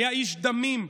היה איש דמים.